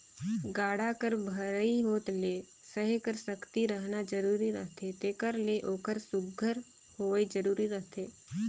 गाड़ा कर भरई होत ले सहे कर सकती रहना जरूरी रहथे तेकर ले ओकर सुग्घर होवई जरूरी रहथे